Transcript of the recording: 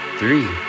three